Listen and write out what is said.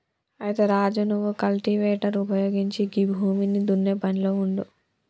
అయితే రాజు నువ్వు కల్టివేటర్ ఉపయోగించి గీ భూమిని దున్నే పనిలో ఉండు